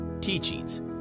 teachings